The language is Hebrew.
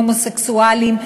הומוסקסואלים,